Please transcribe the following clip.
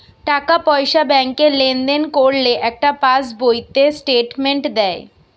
টাকা পয়সা ব্যাংকে লেনদেন করলে একটা পাশ বইতে স্টেটমেন্ট দেয়